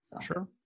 Sure